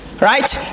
right